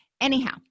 anyhow